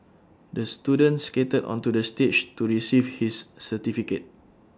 the student skated onto the stage to receive his certificate